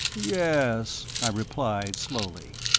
yes, i replied, slowly.